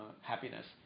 happiness